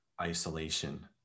isolation